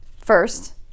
first